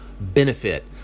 benefit